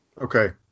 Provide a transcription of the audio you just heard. Okay